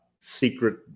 secret